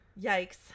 Yikes